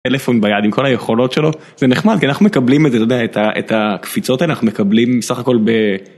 פאלפון ביד עם כל היכולות שלו זה נחמד כי אנחנו מקבלים את זה אתה יודע את הקפיצות האלה אנחנו מקבלים סך הכל ב...